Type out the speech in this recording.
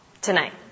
tonight